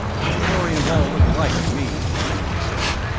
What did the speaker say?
mentorians all look alike to me, ringg said,